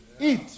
eat